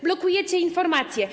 Blokujecie informację.